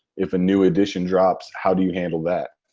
if a new edition drops, how do you handle that?